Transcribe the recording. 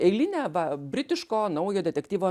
eilinę va britiško naujo detektyvo